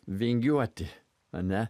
vingiuoti ane